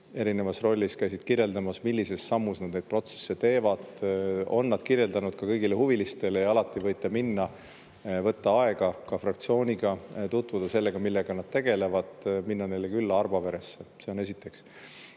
erinevas rollis. Nad käisid kirjeldamas, milliste sammudega nad neid protsesse teevad. Nad on seda kirjeldanud ka kõigile huvilistele. Alati võite minna – võtta aega ka fraktsiooniga – ja tutvuda sellega, millega nad tegelevad, minna neile külla Arbaveresse. See esiteks.